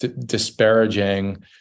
disparaging